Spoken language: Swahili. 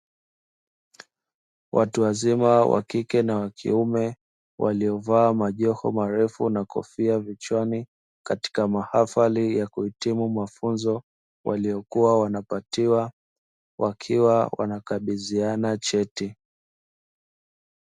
Watu wazima wakike na wakiume walio vaa majoho marefu na kofia vichwani katika mahafali ya kuhitimu mafunzo waliyo kuwa wanapatiwa wakiwa wanakabidhiana cheti.